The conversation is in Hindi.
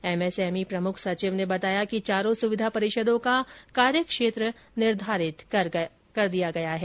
एमएसएमई प्रमुख सचिव ने बताया कि चारों सुविधा परिषदों का कार्यक्षेत्र निर्धारित कर दिया गया है